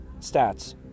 stats